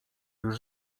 już